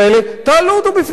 תעלו אותו בפני המנגנון.